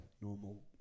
normal